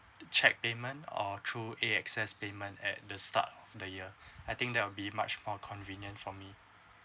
check iman uh through a access payment at the start of the year I think that will be much more convenient for me